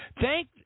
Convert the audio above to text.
thank